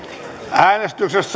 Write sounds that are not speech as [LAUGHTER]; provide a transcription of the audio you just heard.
äänestystulos [UNINTELLIGIBLE]